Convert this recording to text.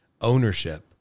ownership